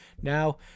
Now